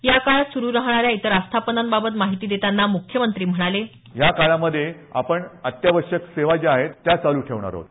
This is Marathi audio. या काळात सुरू राहणाऱ्या इतर आस्थापनांबाबत माहिती देताना मुख्यमंत्री म्हणाले या काळामधे आपण अत्यावश्यक सेवा ज्या आहेत त्या आपण चालू ठेवणार आहोत